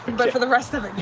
but for the rest of it, and